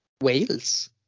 Wales